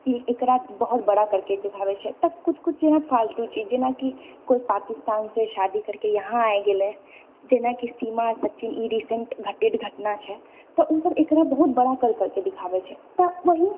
ई एकरा बहुत बड़ा करिके देखाबैत छै तऽ कुछ कुछ जेना फालतू चीज जेनाकि कोइ पाकिस्तानसे शादी करके इहाँ आइ गेलय जेनाकि सीमा सचिन ई रिसेन्ट घटित घटना छै तऽ ओसभ एकरा बहुत बड़ा कर करके देखाबैत छै तऽ वही